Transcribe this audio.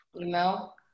Email